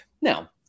Now